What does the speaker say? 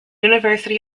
university